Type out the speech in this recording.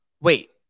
wait